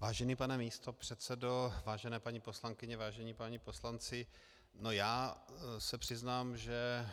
Vážený pane místopředsedo, vážené paní poslankyně, vážení páni poslanci, já se přiznám, že